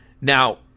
Now